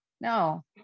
No